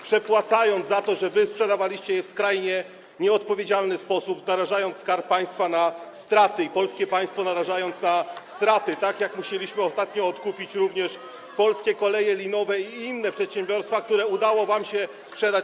przepłacając za nie, jako że wy sprzedawaliście je w skrajnie nieodpowiedzialny sposób, narażając Skarb Państwa na straty i polskie państwo narażając na straty, tak jak musieliśmy ostatnio odkupić Polskie Koleje Linowe i inne przedsiębiorstwa, które udało wam się [[Poruszenie na sali]] sprzedać.